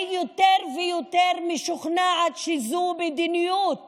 אני יותר ויותר משוכנעת שזו מדיניות